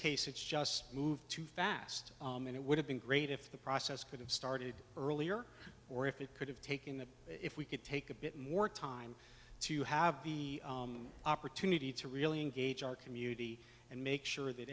case it's just moved too fast and it would have been great if the process could have started earlier or if it could have taken that if we could take a bit more time to have the opportunity to really engage our community and make sure that